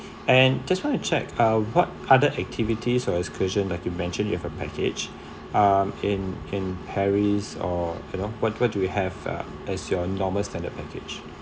and just want to check uh what other activities are as question like you mentioned you have a package um in in paris or you know what what do we have uh as your normal standard package